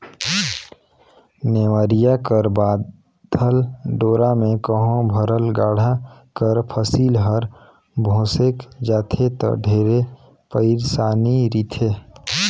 नेवरिया कर बाधल डोरा मे कहो भरल गाड़ा कर फसिल हर भोसेक जाथे ता ढेरे पइरसानी रिथे